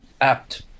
apt